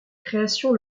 création